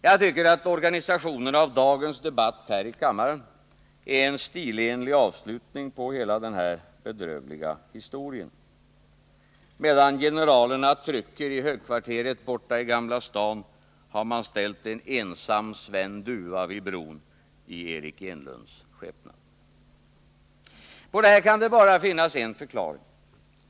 Jag tycker att organisationen av dagens debatt i kammaren är en stilenlig avslutning på hela den här bedrövliga historien. Medan generalerna trycker i högkvarteret borta i Gamla stan, har man ställt en ensam Sven Dufva vid bron i Eric Enlunds skepnad. På detta kan det bara finnas en förklaring.